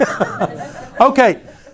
Okay